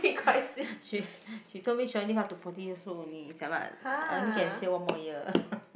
she she told me she want to live up to forty years old only jialat I only can see her one more year